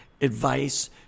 advice